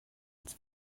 als